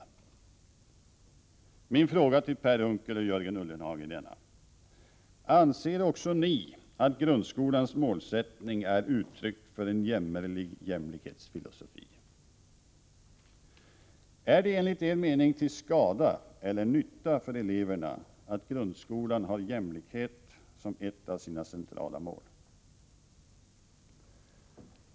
Min fråga till Per Unckel och Jörgen Ullenhag är denna: Anser också ni att grundskolans målsättning är uttryck för en ”jämmerlig jämlikhetsfilosofi”? Är det enligt er mening till skada eller nytta för eleverna att grundskolan har jämlikhet som ett av sina centrala mål.